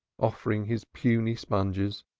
offering his puny sponges,